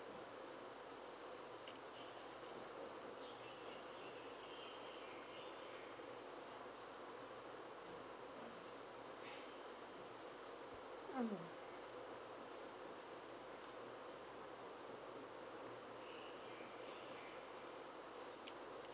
mm